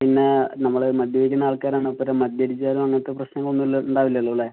പിന്നെ നമ്മൾ മദ്യപിക്കുന്ന ആൾക്കാരാണ് അതുപോലെ മദ്യപിച്ചാലും അങ്ങനത്തെ പ്രശ്നങ്ങളൊന്നും ഇല്ല ഉണ്ടാവില്ലല്ലോ അല്ലേ